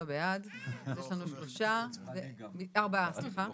הצבעה בעד, 4 אושר.